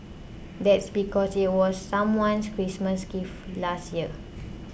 that's because it was someone's Christmas gift last year